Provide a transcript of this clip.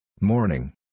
Morning